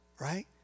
right